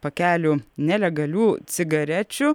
pakelių nelegalių cigarečių